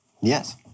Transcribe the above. Yes